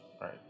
right